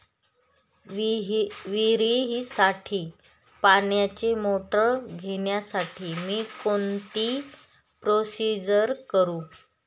विहिरीसाठी पाण्याची मोटर घेण्यासाठी मी कोणती प्रोसिजर करु?